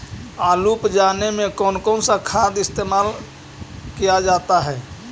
आलू उप जाने में कौन कौन सा खाद इस्तेमाल क्या जाता है?